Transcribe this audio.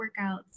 workouts